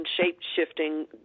shape-shifting